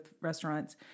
restaurants